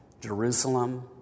Jerusalem